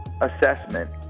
assessment